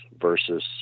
versus